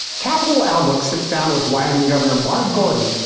capitol outlook sits down with wyoming governor, mark gordon,